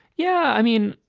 yeah. i mean,